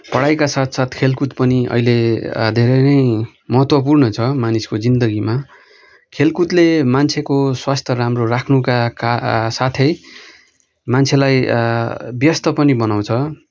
पढाइका साथसाथ खेलकुद पनि अहिले धेरै नै महत्त्वपूर्ण छ मानिसको जिन्दगीमा खेलकुदले मान्छेको स्वास्थ्य राम्रो राख्नुका कासाथै मान्छेलाई व्यस्त पनि बनाउँछ